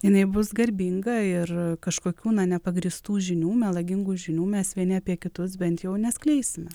jinai bus garbinga ir kažkokių na nepagrįstų žinių melagingų žinių mes vieni apie kitus bent jau neskleisime